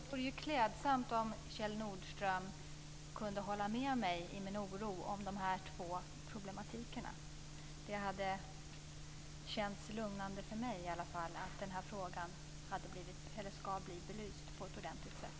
Fru talman! Det vore klädsamt om Kjell Nordström kunde hålla med mig i min oro på de här två områdena. Det hade känts lugnande för mig att veta att den här frågan ska bli belyst på ett ordentligt sätt.